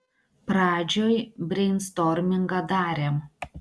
pradžioj breinstormingą darėm